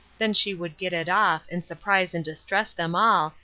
then she would get it off, and surprise and distress them all,